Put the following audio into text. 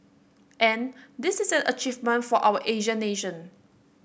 and this is an achievement for an Asian nation